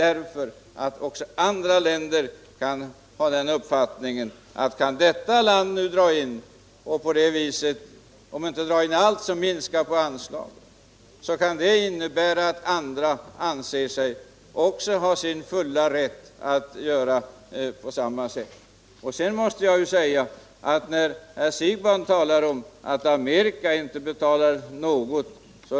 Minskar Sverige anslaget kan det innebära att andra länder också anser sig vara i sin fulla rätt att göra det. Herr Siegbahn sade att Amerika inte betalar någonting.